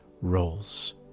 roles